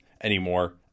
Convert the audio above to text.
anymore